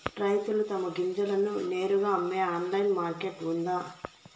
రైతులు తమ గింజలను నేరుగా అమ్మే ఆన్లైన్ మార్కెట్ ఉందా?